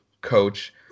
coach